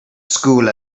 school